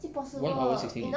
one hour sixteen eh